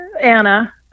Anna